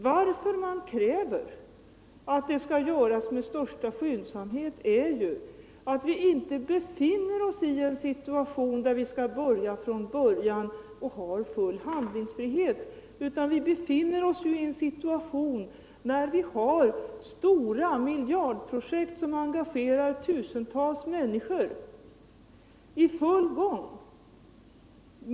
Anledningen till att vi kräver att det skall genomföras med den största skyndsamhet är, att vi inte befinner oss i en situation, där vi kan börja från början och har full handlingsfrihet, utan i ett läge med miljardprojekt, som engagerar tusentals människor, i full gång.